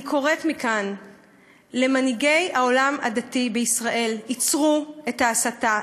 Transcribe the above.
אני קוראת מכאן למנהיגי העולם הדתי בישראל: עצרו את ההסתה,